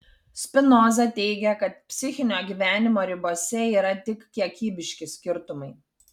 spinoza teigia kad psichinio gyvenimo ribose yra tik kiekybiški skirtumai